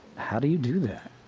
how do you do that?